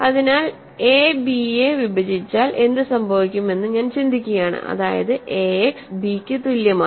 അതിനാൽ A B യെ വിഭജിച്ചാൽ എന്ത് സംഭവിക്കും എന്ന് ഞാൻ ചിന്തിക്കുകയാണ് അതായത് ax ബിക്ക് തുല്യമാണ്